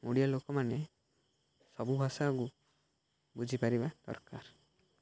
ଓଡ଼ିଆ ଲୋକମାନେ ସବୁ ଭାଷାକୁ ବୁଝିପାରିବା ଦରକାର